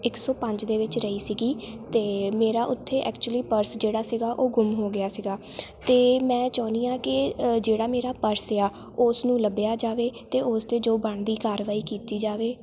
ਇੱਕ ਸੌ ਪੰਜ ਦੇ ਵਿੱਚ ਰਹੀ ਸੀਗੀ ਅਤੇ ਮੇਰਾ ਉੱਥੇ ਐਕਚੁਅਲੀ ਪਰਸ ਜਿਹੜਾ ਸੀਗਾ ਉਹ ਗੁੰਮ ਹੋ ਗਿਆ ਸੀਗਾ ਅਤੇ ਮੈਂ ਚਾਹੁੰਦੀ ਹਾਂ ਕਿ ਜਿਹੜਾ ਮੇਰਾ ਪਰਸ ਆ ਉਸ ਨੂੰ ਲੱਭਿਆ ਜਾਵੇ ਅਤੇ ਉਸ 'ਤੇ ਜੋ ਬਣਦੀ ਕਾਰਵਾਈ ਕੀਤੀ ਜਾਵੇ